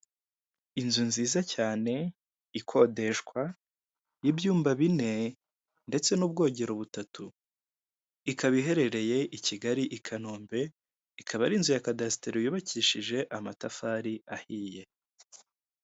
Inzu nziza cyane ikodeshwa y'ibyumba bine ndetse n'ubwogero butatu, ikaba iherereye ikanombe ikaba ari inzu ya kadasitire yubakishije amatafari ahiye.